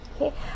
Okay